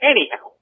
Anyhow